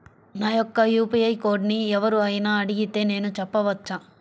నా యొక్క యూ.పీ.ఐ కోడ్ని ఎవరు అయినా అడిగితే నేను చెప్పవచ్చా?